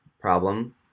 problem